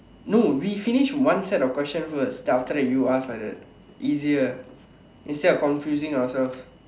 no we finish one set of question first then after that you ask like that easier instead of confusing ourselves